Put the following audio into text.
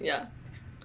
ya